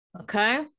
Okay